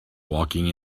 walking